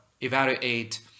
evaluate